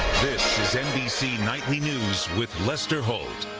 this is nbc nightly news with lester holt.